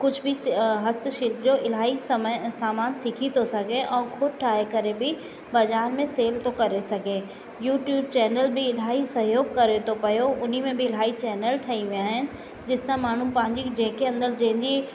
कुझु बि हस्त शिल्प जो इलाही समय सामान सिखी थो सघे ऐं ख़ुदि ठाहे करे बि बाज़ारि में सेल थो करे सघे यूट्यूब चैनल बि इलाही सहयोग करे थो पियो हुन में बि इलाही चैनल ठही विया आहिनि जिनि सां माण्हू पंहिंजी जंहिं जे अंदरि जंहिंजी